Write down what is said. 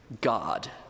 God